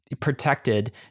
protected